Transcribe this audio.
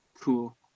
Cool